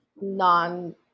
non